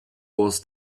was